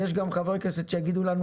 יש גם חברי כנסת שיגידו לנו,